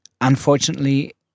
Unfortunately